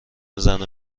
زنو